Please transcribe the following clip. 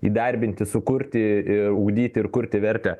įdarbinti sukurti ir ugdyti ir kurti vertę